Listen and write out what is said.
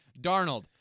Darnold